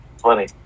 funny